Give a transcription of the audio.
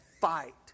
fight